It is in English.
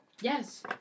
Yes